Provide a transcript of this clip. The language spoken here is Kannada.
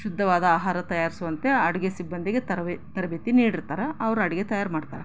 ಶುದ್ಧವಾದ ಆಹಾರ ತಯಾರಿಸುವಂತೆ ಅಡುಗೆ ಸಿಬ್ಬಂದಿಗೆ ತರಬೇ ತರಬೇತಿ ನೀಡಿರ್ತಾರೆ ಅವರು ಅಡಿಗೆ ತಯಾರು ಮಾಡ್ತಾರೆ